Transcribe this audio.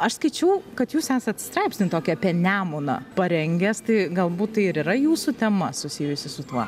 aš skaičiau kad jūs esat straipsnį tokį apie nemuną parengęs tai galbūt tai ir yra jūsų tema susijusi su tuo